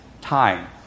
time